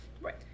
Right